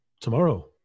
Tomorrow